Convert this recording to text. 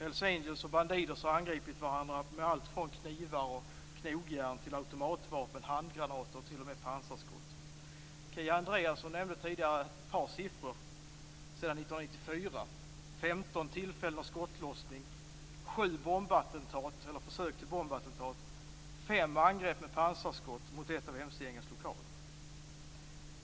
Hells Angels och Bandidos har angripit varandra med allt från knivar och knogjärn till automatvapen, handgranater och t.o.m. pansarskott. Kia Andreasson nämnde tidigare några siffror sedan 1994: 15 tillfällen av skottlossning, 7 bombattentat eller försök till bombattentat, 5 angrepp med pansarskott mot ett av mc-gängens lokaler.